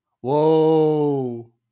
Whoa